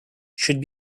should